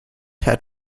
had